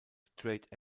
straight